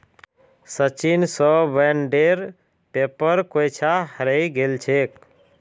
सचिन स बॉन्डेर पेपर कोई छा हरई गेल छेक